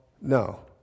no